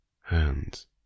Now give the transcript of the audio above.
hands